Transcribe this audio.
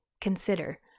Consider